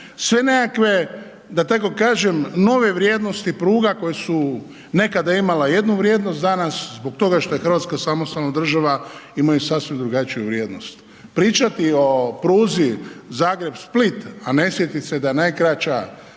sve nekakve, da tako kažem, nove vrijednosti pruga koje su nekada imala jednu vrijednost, danas zbog toga što je RH samostalna država imaju sasvim drugačiju vrijednost. Pričati o pruzi Zagreb-Split, a ne sjetit se da je najkraća